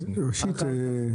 ראשית,